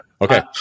Okay